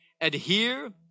Adhere